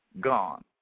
gone